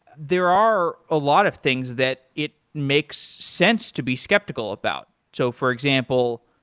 there are a lot of things that it makes sense to be skeptical about. so for example,